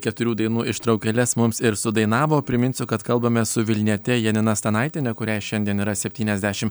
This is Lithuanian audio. keturių dainų ištraukėles mums ir sudainavo priminsiu kad kalbamės su vilniete janina stanaitiene kuriai šiandien yra septyniasdešim